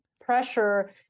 pressure